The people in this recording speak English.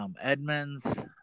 Edmonds